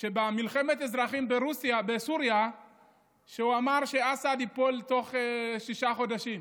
במלחמת האזרחים בסוריה הוא אמר שאסד ייפול תוך שישה חודשים,